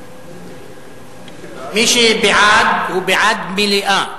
מי שבעד הוא בעד מליאה,